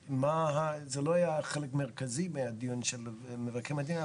זה לא היה חלק מרכזי מהדיון של מבקר המדינה,